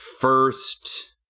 first